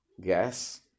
gas